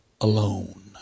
alone